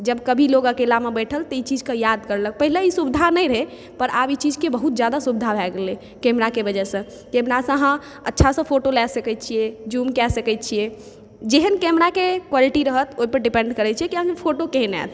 जब कभी लोक अकेलामे बैठल तऽ ई चीज के याद करलक पहिले ई सुविधा नहि रहय पर आब ई चीज़ के बहुत जादा सुविधा भए गेलै कैमरा के वजह सॅं कैमरा सॅं अहाँ अच्छा से फ़ोटो लए सकै छियै ज़ूम कए सकै छियै जेहन कैमरा के क्वालिटी रहल ओहि पर डिपेंड करै छै की अहाँके फ़ोटो केहन आयत